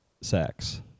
sex